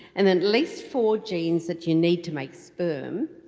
and then at least four genes that you need to make sperm.